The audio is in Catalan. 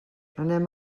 anem